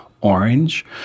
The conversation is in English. Orange